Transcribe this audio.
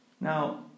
Now